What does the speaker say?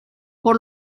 por